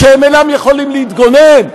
כשהם אינם יכולים להתגונן?